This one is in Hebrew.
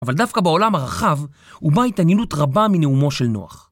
אבל דווקא בעולם הרחב, הובעה התעניינות רבה מנאומו של נוח.